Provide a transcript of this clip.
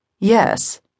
Yes